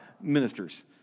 ministers